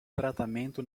tratamento